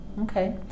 Okay